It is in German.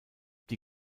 die